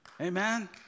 Amen